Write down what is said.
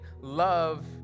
love